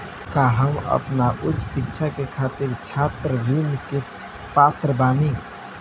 का हम आपन उच्च शिक्षा के खातिर छात्र ऋण के पात्र बानी?